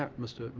mr.